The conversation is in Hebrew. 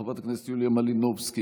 חברת הכנסת יוליה מלינובסקי,